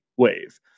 Wave